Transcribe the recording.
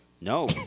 No